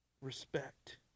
Respect